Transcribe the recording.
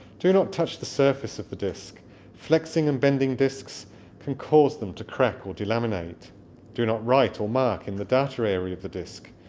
do not touch the surface of the disc flexing and bending discs can cause them to crack or delaminate do not write or mark in the data area of the disc.